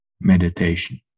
meditation